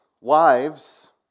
wives